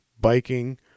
biking